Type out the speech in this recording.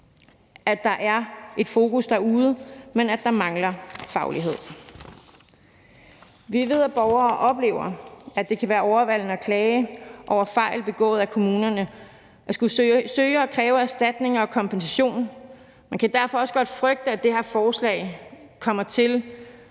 at der er et fokus derude, men at der mangler faglighed. Vi ved, at borgere oplever, at det kan være overvældende at klage over fejl begået af kommunerne og at skulle søge og kræve erstatning og kompensation. Man kan derfor også godt frygte, at det her forslag kommer til